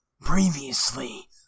Previously